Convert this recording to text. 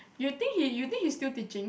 you think he you think he's still teaching